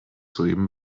soeben